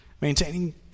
maintaining